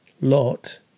Lot